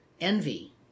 envy